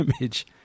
image